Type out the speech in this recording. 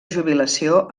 jubilació